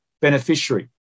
beneficiary